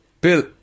Bill